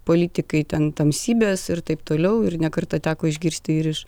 politikai ten tamsybės ir taip toliau ir ne kartą teko išgirsti ir iš